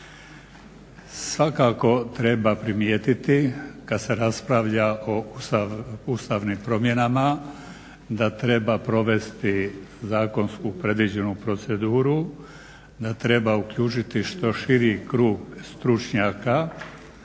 Svakako treba primjetiti kad se raspravlja o Ustavnim promjenama da treba provesti zakonsku predviđenu proceduru, da treba uključiti što širi krug stručnjaka